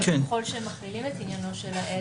ככל שמכלילים את עניינו של העד,